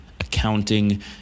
accounting